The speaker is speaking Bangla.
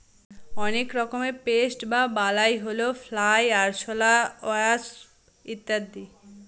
অনেক রকমের পেস্ট বা বালাই হল ফ্লাই, আরশলা, ওয়াস্প ইত্যাদি